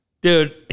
Dude